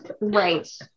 Right